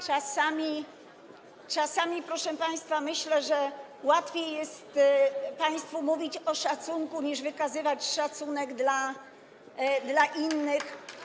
Czasami, proszę państwa, myślę, że łatwiej jest państwu mówić o szacunku, niż wykazywać szacunek dla innych.